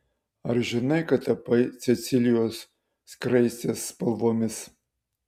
ar žinai kad tapai cecilijos skraistės spalvomis